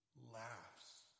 laughs